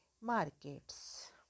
markets